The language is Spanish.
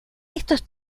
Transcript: estos